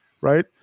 right